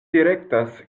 direktas